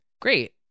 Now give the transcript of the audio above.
Great